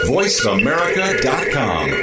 VoiceAmerica.com